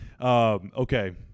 Okay